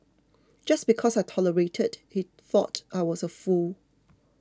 just because I tolerated he thought I was a fool